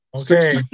Okay